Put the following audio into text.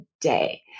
day